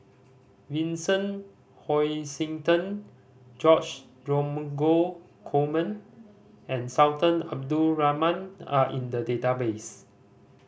Vincent Hoisington George Dromgold Coleman and Sultan Abdul Rahman are in the database